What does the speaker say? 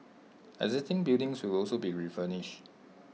existing buildings will also be refurbished